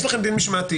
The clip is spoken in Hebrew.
יש לכם דין משמעתי.